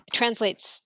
translates